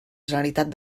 generalitat